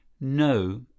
No